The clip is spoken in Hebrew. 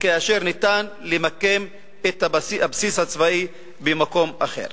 כאשר ניתן למקם את הבסיס הצבאי במקום אחר.